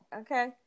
Okay